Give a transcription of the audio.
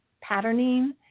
patterning